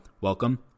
welcome